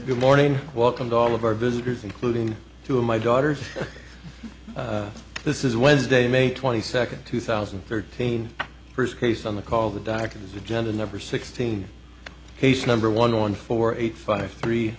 good morning welcomed all of our visitors including two of my daughters this is wednesday may twenty second two thousand and thirteen first case on the call the doctors agenda never sixteen case number one one four eight five three